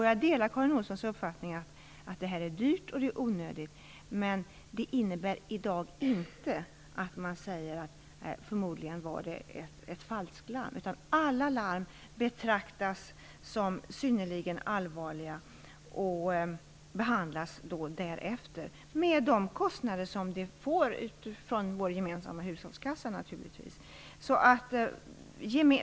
Jag delar Karin Olssons uppfattning att uppskjutningen av okynnesraketer är dyr och onödig, men det innebär i dag inte att man betraktar vissa larm som falsklarm. Alla larm betraktas som synnerligen allvarliga och behandlas därefter, med de kostnader det innebär för vår gemensamma hushållskassa.